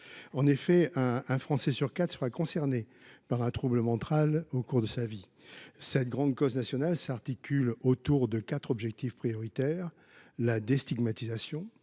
En effet, un Français sur quatre sera concerné par un trouble mental au cours de sa vie. Cette grande cause nationale s’articule autour de quatre objectifs prioritaires : la déstigmatisation